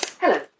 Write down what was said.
Hello